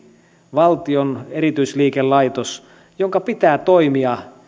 valtion erityisliikelaitos jonka pitää toimia